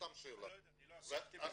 לא יודע, אני לא עסקתי בזה אישית.